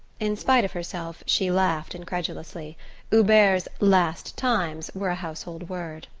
in spite of herself she laughed incredulously hubert's last times were a household word.